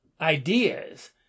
ideas